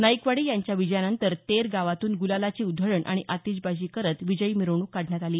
नाईकवाडी यांच्या विजयानंतर तेर गावातून गुलालाची उधळण आणि आतीशबाजी करत विजयी मिरवणूक काढण्यात आली